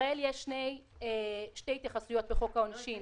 בישראל יש שתי התייחסויות בחוק העונשין